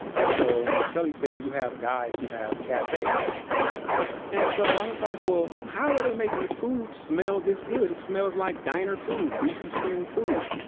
and so my cellie said, well you have guys who have cafes and so i was like, how are they making the food smell this good? it smells like diner food, greasy spoon food.